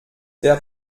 der